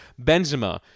Benzema